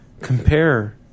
compare